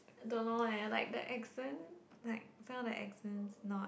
don't know leh like the accent like some of the accents not